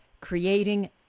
creating